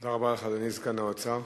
תודה רבה לך, אדוני סגן השר.